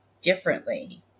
differently